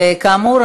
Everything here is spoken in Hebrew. כאמור,